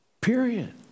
Period